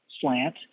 slant